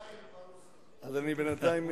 בינתיים,